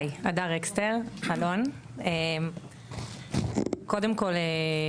שלום, הדר הקסטר.